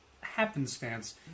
happenstance